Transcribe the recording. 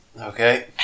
Okay